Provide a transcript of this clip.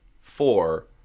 four